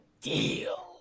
deal